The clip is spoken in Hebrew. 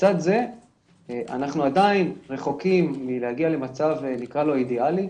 לצד זה אנחנו עדיין רחוקים מלהגיע למצב אידיאלי,